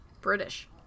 British